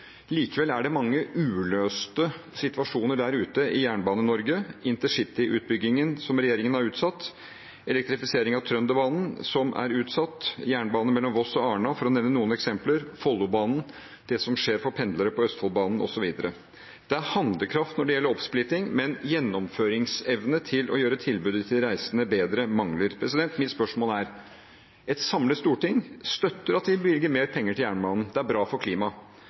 likevel er det mange uløste situasjoner der ute i Jernbane-Norge – intercityutbyggingen som regjeringen har utsatt, elektrifisering av Trønderbanen som er utsatt, jernbane mellom Voss og Arna, for å nevne noen eksempler, Follobanen, det som skjer for pendlere på Østfoldbanen, osv. Det er handlekraft når det gjelder oppsplitting, men gjennomføringsevne til å gjøre tilbudet til de reisende bedre, mangler. Mitt spørsmål er: Et samlet storting støtter at vi bevilger mer penger til jernbanen, det er bra for klimaet,